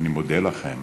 אני מודה לכם